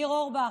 ניר אורבך,